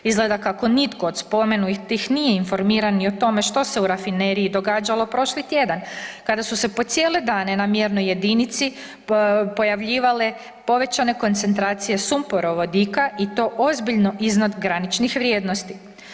Izgleda kako nitko od spomenutih nije informiran ni o tome što se u Rafineriji događalo prošli tjedan, kada su se po cijele dane na mjernoj jedinici pojavljivale povećane koncentracije sumporovodika i to ozbiljno iznad graničnih vrijednosti.